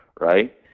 right